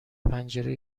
پنجره